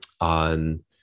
on